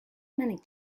many